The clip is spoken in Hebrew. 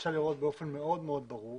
אפשר לראות באופן מאוד מאוד ברור